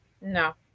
no